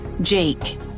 Jake